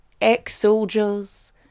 ex-soldiers